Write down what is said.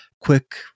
quick